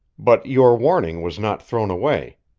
but your warning was not thrown away.